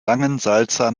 langensalza